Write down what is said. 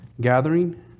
gathering